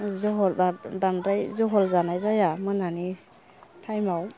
जहालबा बांद्राय जहल जानाय जाया मोनानि टाइमाव